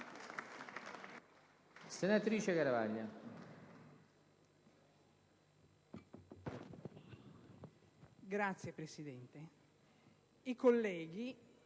senatrice Garavaglia